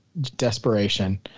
desperation